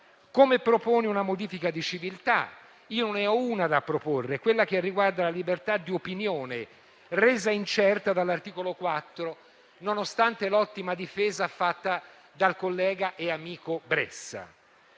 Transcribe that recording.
appena proponi una modifica di civiltà - io ne ho una da proporre, quella che riguarda la libertà di opinione, resa incerta dall'articolo 4, nonostante l'ottima difesa fatta dal collega ed amico